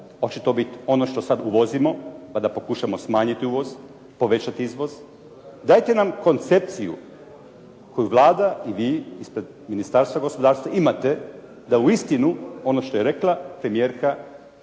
to bit ono što sad uvozimo pa da pokušamo smanjiti uvoz, povećati izvoz? Dajte nam koncepciju koju Vlada i vi ispred Ministarstva gospodarstva imate da uistinu, ono što je rekla premijerka,